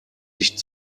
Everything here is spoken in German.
nicht